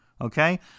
okay